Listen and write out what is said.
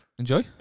Enjoy